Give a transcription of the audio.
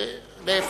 ולהיפך.